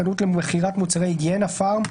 חנות למכירת מוצרי היגיינה (פארם),